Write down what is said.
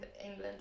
england